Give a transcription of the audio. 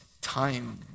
time